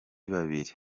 babiri